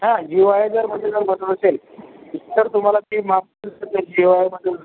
हा G O I जर मधे जर बसत असेल तर तुम्हाला फी माफ होऊ शकते जी ओ आयमधून